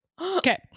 Okay